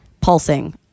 pulsing